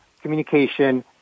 communication